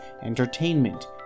entertainment